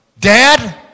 Dad